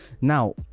now